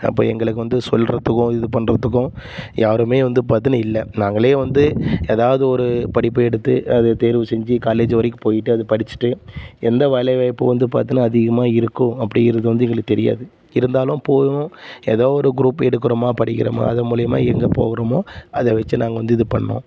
அப்போ எங்களுக்கு வந்து சொல்கிறதுக்கும் இது பண்ணுறதுக்கும் யாருமே வந்து பார்த்தீன்னா இல்லை நாங்களே வந்து ஏதாவது ஒரு படிப்பு எடுத்து அதை தேர்வு செஞ்சு காலேஜு வரைக்கும் போயிட்டு அதை படித்திட்டு எந்த வேலைவாய்ப்பு வந்து பார்த்தீன்னா அதிகமாக இருக்கும் அப்படிங்கிறது வந்து எங்களுக்கு தெரியாது இருந்தாலும் போகிறோம் ஏதோ ஒரு க்ரூப் எடுக்கிறோமா படிக்கிறோமா அது மூலிமா எங்கே போகிறோமோ அதை வச்சு நாங்கள் வந்து இது பண்ணோம்